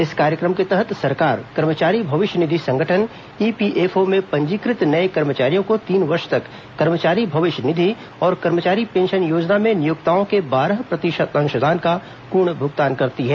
इस कार्यक्रम के तहत सरकार कर्मचारी भविष्य निधि संगठन ईपीएफओ में पंजीकृत नए कर्मचारियों को तीन वर्ष तक कर्मचारी भविष्य निधि और कर्मचारी पेंशन योजना में नियोक्ताओं के बारह प्रतिशत अंशदान का पूर्ण भुगतान करती है